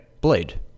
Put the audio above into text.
blade